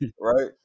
right